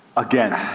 again,